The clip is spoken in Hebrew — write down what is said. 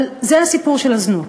זה הסיפור של הזנות.